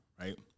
Right